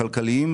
הכלכליים,